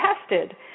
tested